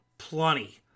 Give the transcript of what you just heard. plenty